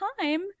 time